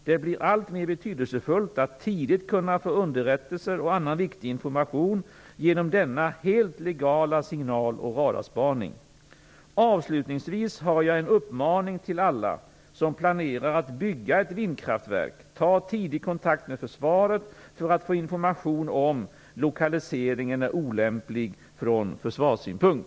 Det blir alltmer betydelsefullt att tidigt kunna få underrättelser och annan viktig information genom denna helt legala signal och radarspaning. Avslutningsvis har jag en uppmaning till alla som planerar att bygga ett vindkraftverk: Ta tidigt kontakt med försvaret för att få information om lokaliseringen är olämplig från försvarssynpunkt.